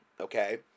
okay